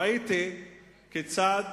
ראיתי כיצד